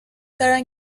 دارن